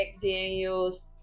Daniels